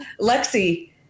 Lexi